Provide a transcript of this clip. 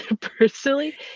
personally